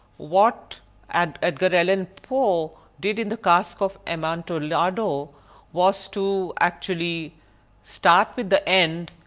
what and edgar allan poe did in the cask of amontillado was to actually start with the end,